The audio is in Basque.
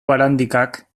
barandikak